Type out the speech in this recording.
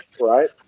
right